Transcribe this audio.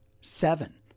seven